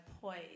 poise